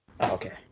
Okay